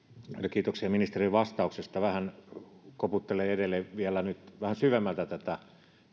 kiitoksia ministerin vastauksesta vähän koputtelen vielä ja nyt vähän syvemmältä tätä